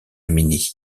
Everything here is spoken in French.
mini